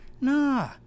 nah